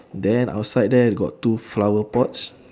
then outside there got two flower pots